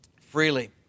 freely